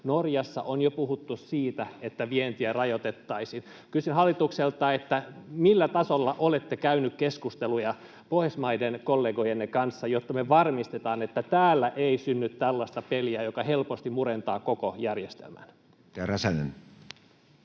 Norjassa on jo puhuttu siitä, että vientiä rajoitettaisiin. Kysyn hallitukselta: millä tasolla olette käyneet keskusteluja Pohjoismaiden kollegojenne kanssa, jotta me varmistetaan, että täällä ei synny tällaista peliä, joka helposti murentaa koko järjestelmän?